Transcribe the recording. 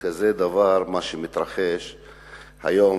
דבר כזה שמתרחש היום,